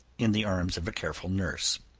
in the arms of a careful nurse,